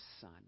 son